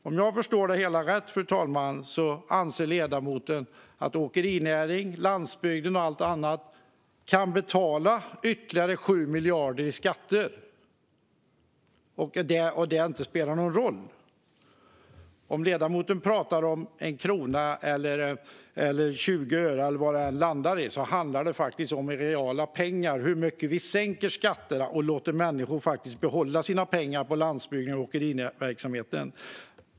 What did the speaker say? Om jag förstår det hela rätt anser ledamoten att åkerinäringen, landsbygden och alla andra kan betala ytterligare 7 miljarder i skatter och att det inte spelar någon roll. Oavsett om ledamoten talar om 1 krona, 20 öre eller vad det än landar på handlar det i reala pengar om hur mycket vi sänker skatterna med och hur mycket av sina pengar vi låter människor på landsbygden och i åkeriverksamheten behålla.